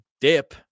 dip